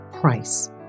Price